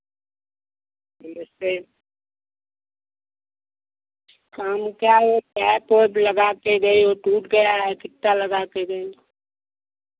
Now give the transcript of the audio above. नमस्ते हम कह रहे कैप ओएप लगा के गए हो टूट गया है कित्ता लगा के गए